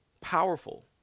powerful